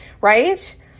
right